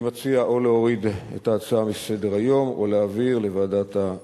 אני מציע או להוריד את ההצעה מסדר-היום או להעביר לוועדת החוקה.